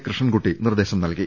കൃഷ്ണൻകുട്ടി നിർദേശം നൽകി